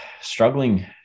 struggling